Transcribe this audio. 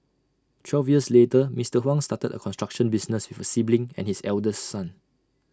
twelve years later Mister Huang started A construction business with A sibling and his eldest son